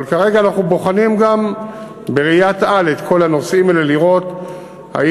אבל כרגע אנחנו בוחנים גם בראיית-על את כל הנושאים כדי לראות אם